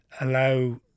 allow